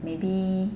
maybe